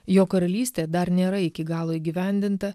jo karalystė dar nėra iki galo įgyvendinta